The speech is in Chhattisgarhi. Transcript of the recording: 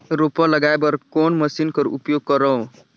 रोपा लगाय बर कोन मशीन कर उपयोग करव?